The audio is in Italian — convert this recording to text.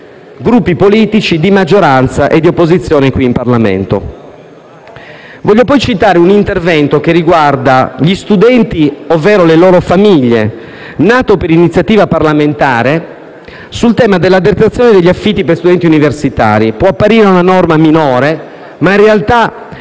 Gruppi politici di maggioranza e opposizione presenti in Parlamento. Voglio poi citare un intervento che riguarda gli studenti - ovvero le loro famiglie - nato per iniziativa parlamentare sul tema della detrazione degli affitti per gli studenti universitari. Questa può apparire una norma minore, mentre, in realtà